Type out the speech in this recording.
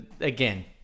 again